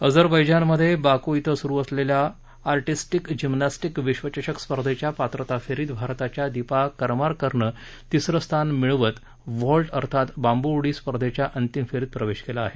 अजरबैजानमधे Baku इथं सुरु असलेल्या आर्टिस्टीक जिम्नॅस्टीक विश्वचषक स्पर्धेच्या पात्रता फेरीत भारताच्या दीपा करमाकरनं तिसरं स्थान मिळवत व्हॉल्ट अर्थात बांबू उडी स्पर्धेच्या अंतिम फेरीत प्रवेश केला आहे